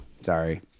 sorry